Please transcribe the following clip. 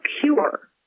cure